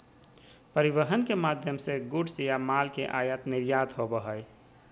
परिवहन के माध्यम से गुड्स या माल के आयात निर्यात होबो हय